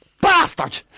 bastard